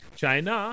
China